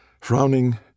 Frowning